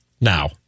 now